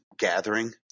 gathering